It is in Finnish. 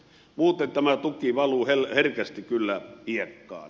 muuten tämä tuki valuu herkästi kyllä hiekkaan